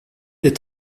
des